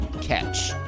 catch